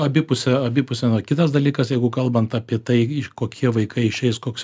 abipusė abipusė kitas dalykas jeigu kalbant apie tai kokie vaikai išeis koks